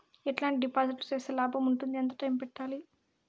ఎట్లాంటి డిపాజిట్లు సేస్తే లాభం ఉంటుంది? ఎంత టైము పెట్టాలి?